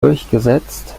durchgesetzt